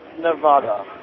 Nevada